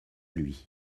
lui